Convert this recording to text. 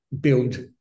build